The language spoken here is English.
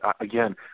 again